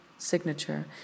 signature